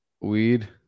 Weed